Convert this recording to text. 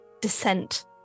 descent